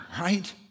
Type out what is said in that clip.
right